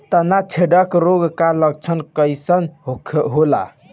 तना छेदक रोग का लक्षण कइसन होला?